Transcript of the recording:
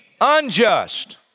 unjust